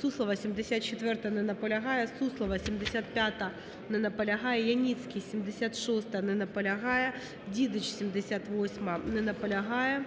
Суслова, 74-а. Не наполягає. Суслова, 75-а. Не наполягає. Яніцький, 76-а. Не наполягає. Дідич, 78-а. Не наполягає.